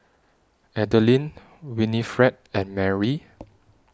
Adelyn Winifred and Marry